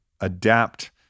adapt